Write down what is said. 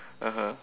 (uh huh)